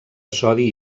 sodi